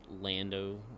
Lando